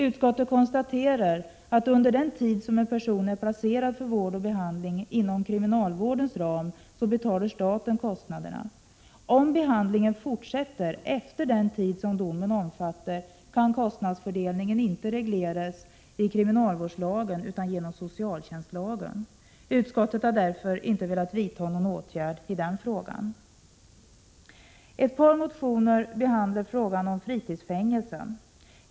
Utskottet konstaterar att staten betalar kostnaderna under den tid en person är placerad för vård och behandling inom kriminalvårdens ram. Om behandlingen fortsätter efter den tid som domen omfattar kan kostnadsfördelningen inte regleras i kriminalvårdslagen utan genom socialtjänstlagen. Utskottet har därför inte velat vidta någon åtgärd i den frågan. I ett par motioner behandlas frågan om fritidsfängelse.